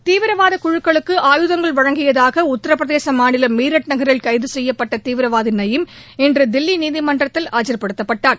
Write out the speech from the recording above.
தீவிரவாத குழுக்களுக்கு ஆயுதங்கள் வழங்கியதாக உத்தரபிரதேச மாநிலம் மீரட் நகரில் கைது செய்யப்பட்ட தீவிரவாதி நயிம் இன்று தில்லி நீதிமன்றத்தில் ஆஜர் படுத்தப்பட்டான்